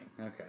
okay